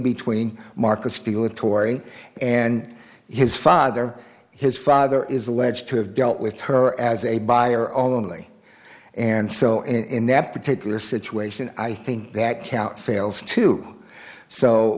between market still a tory and his father his father is alleged to have dealt with her as a buyer only and so in that particular situation i think that count fails to so